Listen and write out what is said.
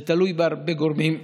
זה תלוי בהרבה גורמים,